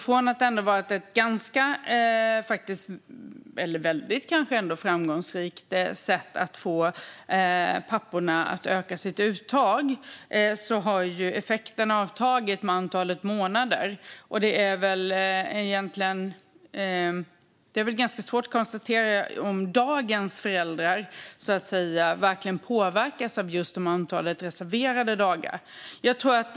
Från att ha varit ett väldigt framgångsrikt sätt att få papporna att öka sitt uttag har effekten avtagit med antalet månader. Det är ganska svårt att veta om dagens föräldrar verkligen påverkas av just antalet reserverade dagar.